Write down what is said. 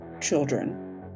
children